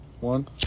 one